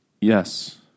Yes